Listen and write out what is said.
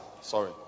sorry